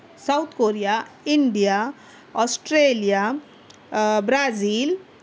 South Korea India Australia Brazil